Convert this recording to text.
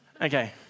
Okay